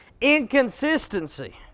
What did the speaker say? Inconsistency